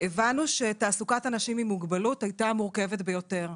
הבנו שתעסוקת אנשים עם מוגבלות היתה המורכבת ביותר.